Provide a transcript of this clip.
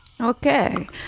Okay